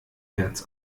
herz